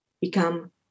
become